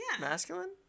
Masculine